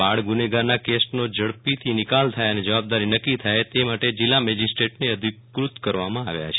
બાળ ગુનેગારના કેસનો ઝડપથી નિકાલ થાય અને જવાબદારી નક્કી થાય તે માટે જિલ્લા મેજિસ્ટ્રેટને અધિકૃત કરવા માંઆવ્યા છે